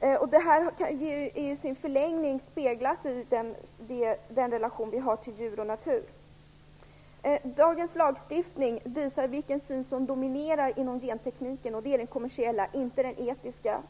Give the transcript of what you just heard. Detta speglas i sin förlängning i den relation vi har till djur och natur. Dagens lagstiftning visar vilken syn som dominerar inom gentekniken, och det är den kommersiella och inte den etiska.